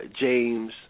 James